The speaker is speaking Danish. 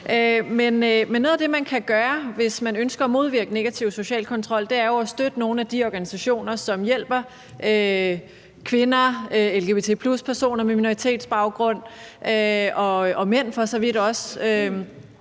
noget af det, man kan gøre, hvis man ønsker at modvirke negativ social kontrol, er jo at støtte nogle af de organisationer, som hjælper kvinder, lgbt+-personer med minoritetsbaggrund og for så vidt også